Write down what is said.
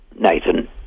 Nathan